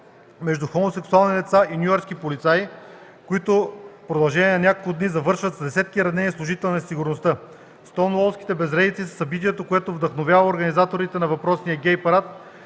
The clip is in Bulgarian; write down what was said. между хомосексуални лица и нюйоркски полицаи, които в продължение на няколко дни завършват с десетки ранени служители на сигурността. Стоунуолските безредици са събитието, което вдъхновява организаторите на въпросния гей парад